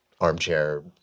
armchair